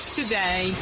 today